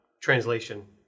translation